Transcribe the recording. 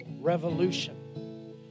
revolution